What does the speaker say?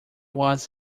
was